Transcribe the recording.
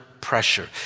pressure